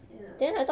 ya